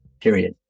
period